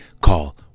Call